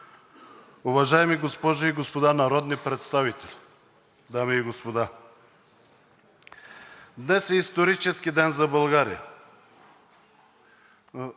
уважаеми госпожи и господа народни представители, дами и господа! Днес е исторически ден за България.